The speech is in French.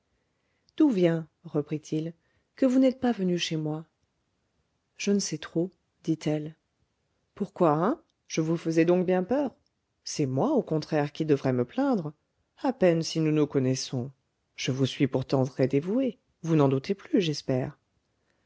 d'où vient reprit-il que vous n'êtes pas venue chez moi je ne sais trop dit-elle pourquoi hein je vous faisais donc bien peur c'est moi au contraire qui devrais me plaindre à peine si nous nous connaissons je vous suis pourtant très dévoué vous n'en doutez plus j'espère